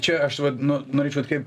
čia aš vadinu norėčiau atkreipt